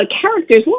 characters